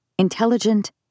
intelligent